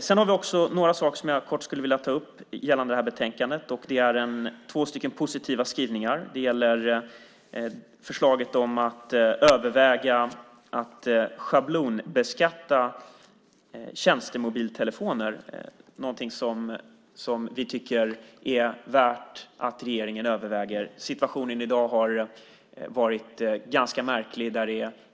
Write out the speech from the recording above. Det finns också några saker som jag kort skulle vilja ta upp gällande detta betänkande, och det är två positiva skrivningar. Det gäller förslaget om att överväga att schablonbeskatta tjänstemobiltelefoner, något som vi tycker är värt för regeringen att överväga. Situationen i dag har varit ganska märklig.